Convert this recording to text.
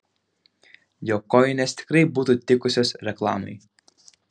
jo kojinės tikrai būtų tikusios reklamai